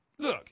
Look